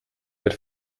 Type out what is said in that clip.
wird